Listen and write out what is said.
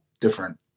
different